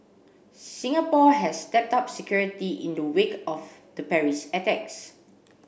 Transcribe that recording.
Singapore has stepped up security in the wake of the Paris attacks